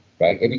right